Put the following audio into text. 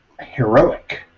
heroic